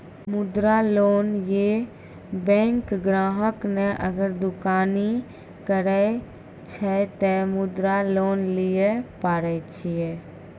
मुद्रा लोन ये बैंक ग्राहक ने अगर दुकानी करे छै ते मुद्रा लोन लिए पारे छेयै?